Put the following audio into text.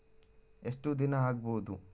ಎಷ್ಟು ದಿನ ಆಗ್ಬಹುದು?